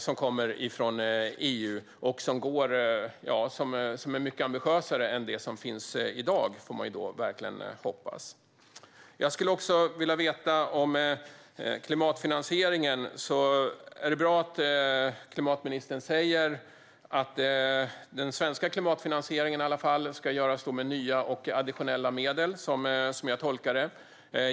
Man får verkligen hoppas att bidraget från EU är mycket ambitiösare än det som finns i dag. Jag vill också höra lite om klimatfinansieringen. Det är bra att klimatministern säger att i varje fall den svenska klimatfinansieringen ska göras med nya och additionella medel, så som jag tolkar det.